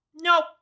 nope